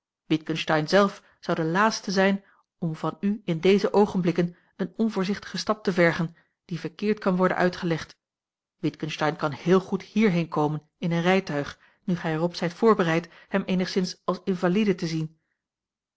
witgensteyn zelf zou de laatste zijn om van u in deze oogenblikken een onvoorzichtigen stap te vergen die verkeerd kan worden uitgelegd witgensteyn kan heel goed hierheen komen in een rijtuig nu gij er op zijt voorbereid hem eenigszins als invalide te zien